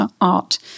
art